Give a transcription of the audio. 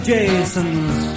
Jason's